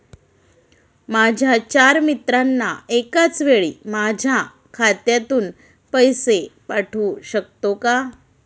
माझ्या चार मित्रांना एकाचवेळी माझ्या खात्यातून पैसे पाठवू शकतो का?